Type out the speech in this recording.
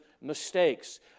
mistakes